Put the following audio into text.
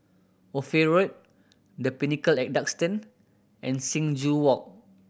Ophir Road The Pinnacle at Duxton and Sing Joo Walk